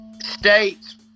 states